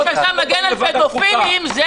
זה שאתה מגן על פדופילים זה